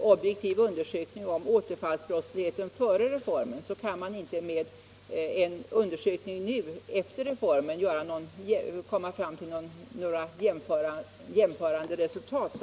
objektiv undersökning om återfallsbrottsligheten före reformen, kan man inte med en undersökning nu, efter reformen, komma fram till några jämförande resultat.